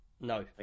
No